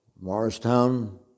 Morristown